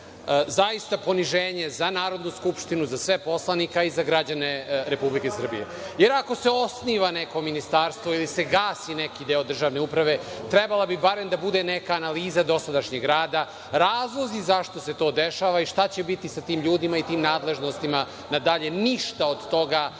Zaista poniženje za Narodnu skupštinu, za sve poslanike i za sve građane Republike Srbije. Ako se osniva neko ministarstvo ili se gasi neki deo državne uprave, trebalo bi barem da bude nekaanaliza dosadašnjeg rada, razlozi zašto se to dešava i šta će biti sa tim ljudima, nadležnosti. Ništa od toga